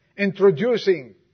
introducing